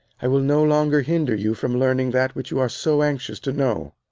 i will no longer hinder you from learning that which you are so anxious to know.